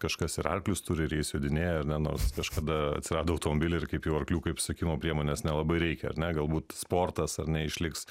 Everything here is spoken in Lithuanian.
kažkas ir arklius turi ir jais jodinėja ar ne nors kažkada atsirado automobiliai ir kaip jau arklių kaip susisiekimo priemonės nelabai reikia ar ne galbūt sportas ar ne išliks